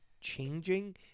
changing